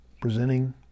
presenting